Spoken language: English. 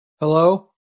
Hello